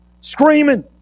screaming